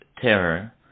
terror